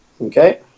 Okay